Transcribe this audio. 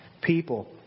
people